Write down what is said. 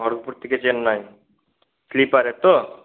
খড়গপুর থেকে চেন্নাই স্লিপারে তো